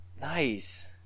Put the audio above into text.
Nice